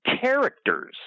characters